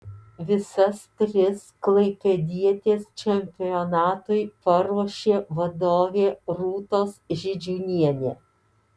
visas tris klaipėdietės čempionatui paruošė vadovė rūtos židžiūnienė